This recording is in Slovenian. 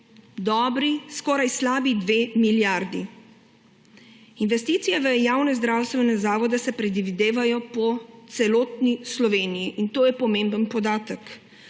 skoraj slabi dve milijardi. Investicije v javne zdravstvene zavode se predvidevajo po celotni Sloveniji, in to je pomemben podatek.